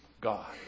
God